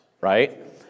right